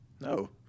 No